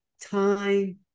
time